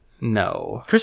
No